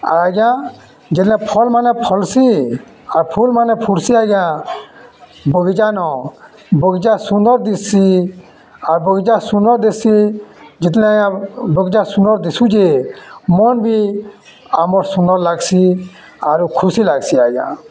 ଆର୍ ଆଜ୍ଞା ଯେତେବେଲେ ଫଲ୍ ମାନେ ଫଲ୍ସି ଆର୍ ଫୁଲ୍ ମାନେ ଫୁଟ୍ସି ଆଜ୍ଞା ବଗିଚା ନ ବଗିଚା ସୁନ୍ଦର୍ ଦିସ୍ଶି ଆର୍ ବଗିଚା ସୁନ୍ଦର୍ ଦିସ୍ଶି ଯେତେବେଲେ ଆଜ୍ଞା ବଗିଚା ସୁନ୍ଦର୍ ଦିଶୁଛେ ମନ୍ ବି ଆମର୍ ସୁନ୍ଦର୍ ଲାଗ୍ସି ଆରୁ ଖୁସି ଲାଗ୍ସି ଆଜ୍ଞା